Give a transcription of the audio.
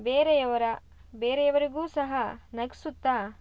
ಬೇರೆಯವರ ಬೇರೆಯವರಿಗೂ ಸಹ ನಗಿಸುತ್ತಾ